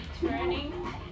turning